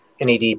NAD